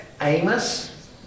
Amos